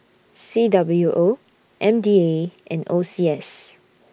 C W O M D A and O C S